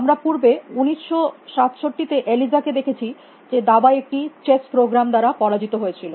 আমরা পূর্বে 1967 তে এলিজা কে দেখেছি যে দাবায় একটি চেস প্রোগ্রাম দ্বারা পরাজিত হয়েছিল